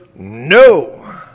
No